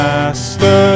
Master